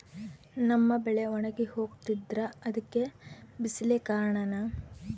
ನಮ್ಮ ಬೆಳೆ ಒಣಗಿ ಹೋಗ್ತಿದ್ರ ಅದ್ಕೆ ಬಿಸಿಲೆ ಕಾರಣನ?